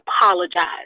apologize